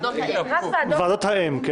ועדות האם.